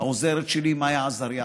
העוזרת שלי, מיה עזריה,